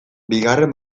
bigarren